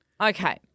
Okay